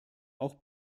auch